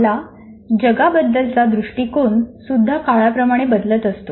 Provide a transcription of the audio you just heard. आपला जगाबद्दलचा दृष्टिकोन सुद्धा काळाप्रमाणे बदलत असतो